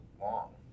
long